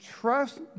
trust